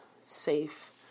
safe